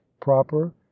proper